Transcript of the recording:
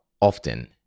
often